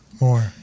More